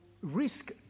risk